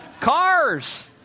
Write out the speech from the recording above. Cars